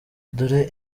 dore